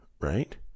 right